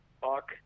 fuck